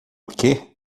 que